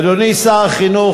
אדוני שר החינוך,